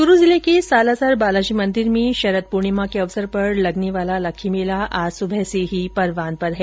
चूरू जिले के सालासर बालाजी मंदिर मे शरद पूर्णिमा के अवसर पर लगने वाला लक्खी मेला आज सुबह से ही परवान पर है